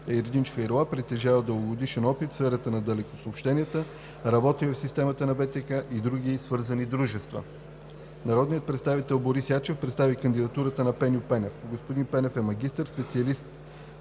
Ердинч Хайрула притежава дългогодишен опит в сферата на далекосъобщенията, работил е в системата на БТК и други свързани дружества. Народният представител Борис Ячев представи кандидатурата на Пеньо Пенев. Господин Пенев е магистър, специалност